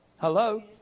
Hello